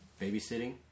babysitting